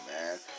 man